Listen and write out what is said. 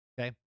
Okay